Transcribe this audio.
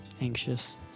anxious